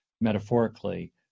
metaphorically